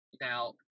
Now